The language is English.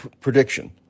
prediction